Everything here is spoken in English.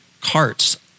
carts